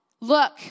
Look